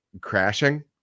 crashing